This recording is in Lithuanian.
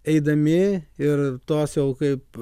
eidami ir tos jau kaip